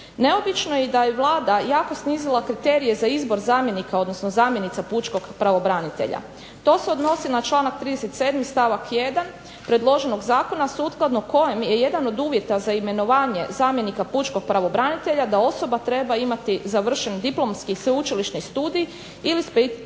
Neobično je i da je Vlada jako snizila kriterije za izbor zamjenika odnosno zamjenica pučkog pravobranitelja. To se odnosi na članak 37. stavak 1. predloženog zakona sukladno kojem je jedan od uvjeta za imenovanje zamjenika pučkog pravobranitelja da osoba treba imati završen diplomski sveučilišni studij ili